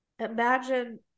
Imagine